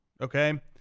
okay